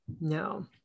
No